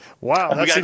Wow